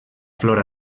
flor